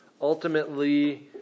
Ultimately